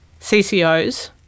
CCOs